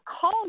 call